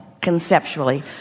conceptually